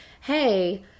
Hey